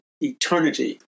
eternity